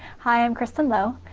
hi i'm cristin lowe.